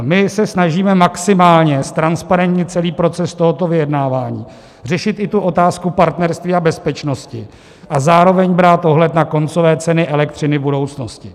My se snažíme maximálně ztransparentnit celý proces tohoto vyjednávání, řešit i otázku partnerství a bezpečnosti a zároveň brát ohled na koncové ceny elektřiny v budoucnosti.